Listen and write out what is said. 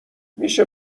میشه